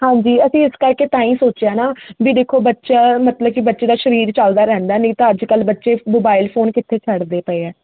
ਹਾਂਜੀ ਅਸੀਂ ਇਸ ਕਰਕੇ ਤਾਂ ਹੀ ਸੋਚਿਆ ਨਾ ਵੀ ਦੇਖੋ ਬੱਚਾ ਮਤਲਬ ਕਿ ਬੱਚੇ ਦਾ ਸਰੀਰ ਚੱਲਦਾ ਰਹਿੰਦਾ ਨਹੀਂ ਤਾਂ ਅੱਜ ਕੱਲ ਬੱਚੇ ਮੋਬਾਇਲ ਫੋਨ ਕਿੱਥੇ ਛੱਡਦੇ ਪਏ ਆ